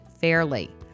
fairly